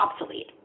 obsolete